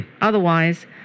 otherwise